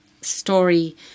story